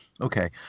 Okay